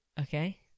Okay